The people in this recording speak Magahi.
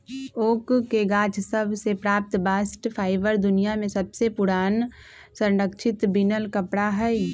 ओक के गाछ सभ से प्राप्त बास्ट फाइबर दुनिया में सबसे पुरान संरक्षित बिनल कपड़ा हइ